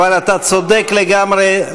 אבל אתה צודק לגמרי,